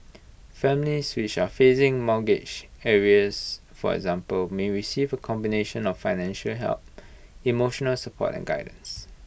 families which are facing mortgage arrears for example may receive A combination of financial help emotional support and guidance